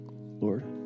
Lord